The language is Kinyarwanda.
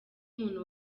umuntu